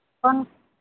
कौन